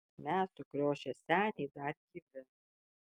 mes sukriošę seniai dar gyvi